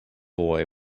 boy